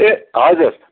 ए हजुर